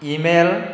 email